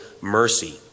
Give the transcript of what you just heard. mercy